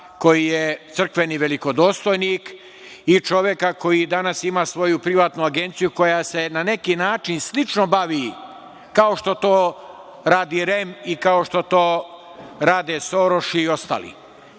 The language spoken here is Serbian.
koji je crkveni velikodostojnik, i čoveka koji danas ima svoju privatnu agenciju koja se na neki način slično bavi kao što to radi REM i kao što to rade Soroš i ostali.